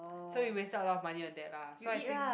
so we wasted a lot of money on that lah so I think